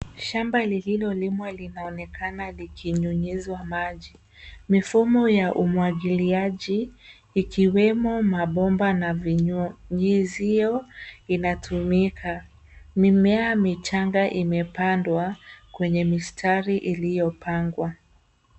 Shamba lililolimwa linaonekana likinyunyizwa maji, Mifumo ya umwagiliaji ikiwemo mabomba na vinyunyizio inatumika. Mimea michanga imepandwa kwenye mistari iliyopangwa.